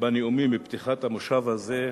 בנאומים מפתיחת המושב הזה,